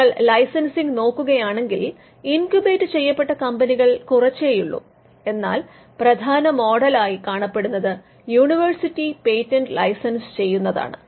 നിങ്ങൾ ലൈസൻസിംഗ് നോക്കുകയാണെങ്കിൽ ഇൻക്യൂബേറ്റ് ചെയ്യപ്പെട്ട കമ്പനികൾ കുറച്ചേയുള്ളു എന്നാൽ പ്രധാന മോഡലായി കാണപ്പെടുന്നത് യൂണിവേഴ്സിറ്റി പേറ്റന്റ് ലൈസൻസ് ചെയ്യുന്നതാണ്